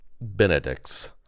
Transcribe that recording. Benedict's